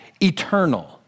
eternal